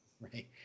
Right